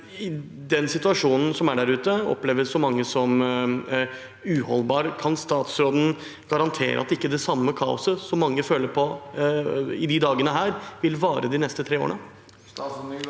Den situasjonen som er der ute, oppleves av mange som uholdbar. Kan statsråden garantere at det samme kaoset som mange føler på i disse dagene, ikke vil vare de neste tre årene?